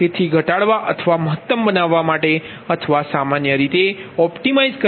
તેથી ઘટાડવા અથવા મહત્તમ બનાવવા માટે અથવા સામાન્ય રીતે ઓપ્ટિમાઇઝ કરવા માટે